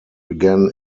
began